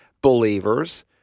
believers